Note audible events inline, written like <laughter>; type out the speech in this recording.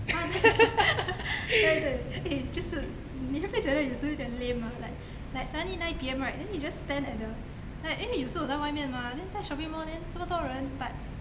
ah <laughs> 对对 eh 就是你会不会觉得有时候有点 lame ah like like suddenly nine P_M right then you just stand at the like 因为有时候我在外面吗 then 在 shopping mall then 这么多人 but